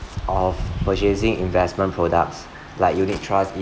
of purchasing investment products like unit trusts